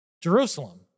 Jerusalem